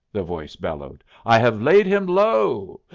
the voice bellowed. i have laid him low.